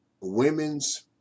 women's